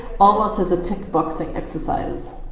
almost as a tick boxing exercise.